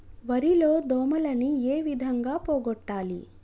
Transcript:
వరి లో దోమలని ఏ విధంగా పోగొట్టాలి?